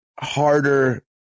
harder